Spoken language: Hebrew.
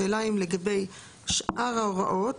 השאלה אם לגבי שאר ההוראות,